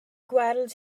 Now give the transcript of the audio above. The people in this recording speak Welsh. gweld